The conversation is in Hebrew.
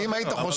הלוואי.